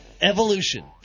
evolution